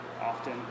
often